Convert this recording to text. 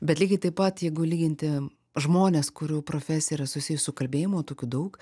bet lygiai taip pat jeigu lyginti žmones kurių profesija yra susijus su kalbėjimu o tokių daug